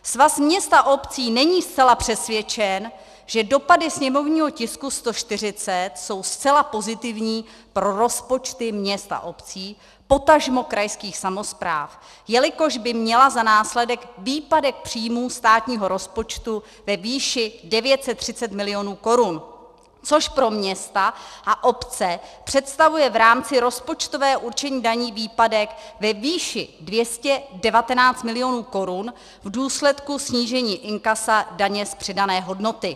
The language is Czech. Svaz měst a obcí není zcela přesvědčen, že dopady sněmovního tisku 140 jsou zcela pozitivní pro rozpočty měst a obcí, potažmo krajských samospráv, jelikož by měla za následek výpadek příjmů státního rozpočtu ve výši 930 mil. korun, což pro města a obce představuje v rámci rozpočtového určení daní výpadek ve výši 219 mil. korun v důsledku snížení inkasa daně z přidané hodnoty.